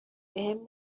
بهم